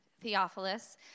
Theophilus